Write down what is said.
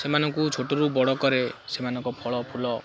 ସେମାନଙ୍କୁ ଛୋଟରୁ ବଡ଼ କରେ ସେମାନଙ୍କ ଫଳ ଫୁଲ